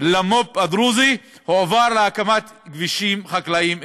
למו"פ הדרוזי הועבר להקמת כבישים חקלאיים דרוזיים.